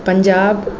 Punjab